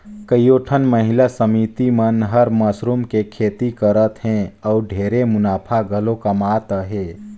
कयोठन महिला समिति मन हर मसरूम के खेती करत हें अउ ढेरे मुनाफा घलो कमात अहे